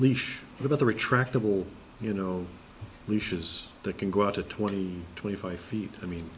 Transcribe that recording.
leash with a retractable you know leashes that can go up to twenty twenty five feet i mean